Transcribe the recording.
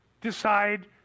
decide